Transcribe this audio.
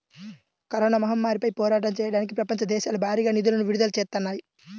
corona మహమ్మారిపై పోరాటం చెయ్యడానికి ప్రపంచ దేశాలు భారీగా నిధులను విడుదల చేత్తన్నాయి